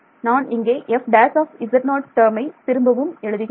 நான் இங்கே f′ டேர்மை திரும்பவும் எழுதுகிறேன்